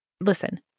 Listen